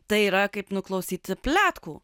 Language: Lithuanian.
tai yra kaip nuklausyti pletkų